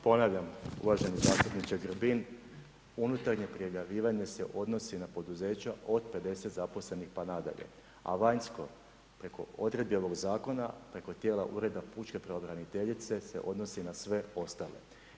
Ponavljam, uvaženi zastupniče Grbin, unutarnje prijavljivanje se odnosi na poduzeća od 50 zaposlenih pa nadalje, a vanjsko preko odredbe ovog zakona, … Ureda pučke pravobraniteljice se odnosi na sve ostale.